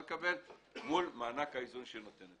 מול מענק האיזון שהוא נותן.